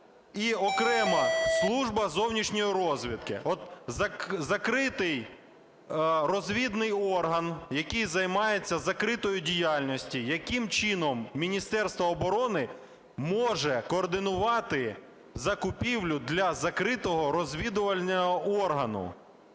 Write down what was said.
і окремо Служба зовнішньої розвідки, от закритий розвідний орган, який займається закритою діяльністю. Яким чином Міністерство оброни може координувати закупівлю для закритого розвідувального органу?